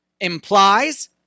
implies